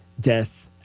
death